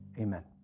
Amen